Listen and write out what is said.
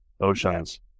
oceans